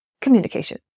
Communication